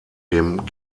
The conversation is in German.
dem